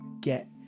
get